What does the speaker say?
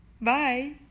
Bye